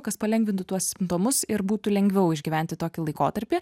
kas palengvintų tuos simptomus ir būtų lengviau išgyventi tokį laikotarpį